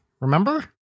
remember